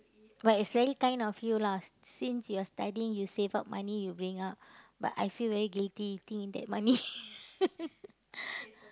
but it's very kind of you lah since you are studying you save up money you bring out but I feel very greedy think that money